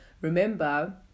remember